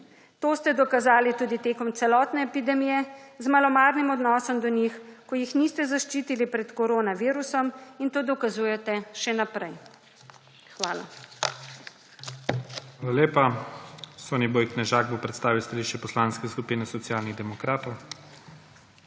To ste dokazali tudi tekom celotne epidemije, z malomarnim odnosom do njih, ko jih niste zaščitili pred korona virusom in to dokazujete še naprej. Hvala. **PREDSEDNIK IGOR ZORČIČ:** Hvala lepa. Soniboj Knežak bo predstavil stališče Poslanske skupine Socialnih demokratov.